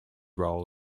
role